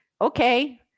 okay